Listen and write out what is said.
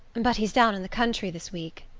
but he's down in the country this week,